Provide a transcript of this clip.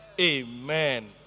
Amen